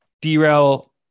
derail